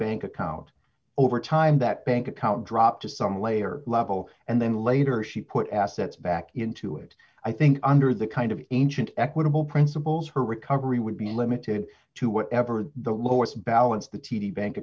bank account over time that bank account dropped to some layer level and then later she put assets back into it i think under the kind of ancient equitable principles her recovery would be limited to whatever the lowest balance the t d bank